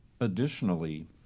Additionally